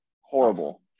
horrible